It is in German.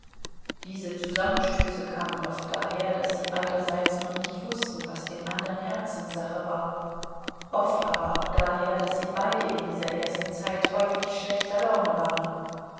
diese zusammenstöße kamen oft daher daß sie beiderseits noch nicht wußten was dem andern herzenssache war oft aber auch daher daß sie beide in dieser ersten zeit häufig schlechter laune waren